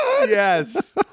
Yes